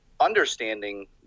understanding